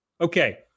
Okay